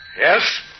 Yes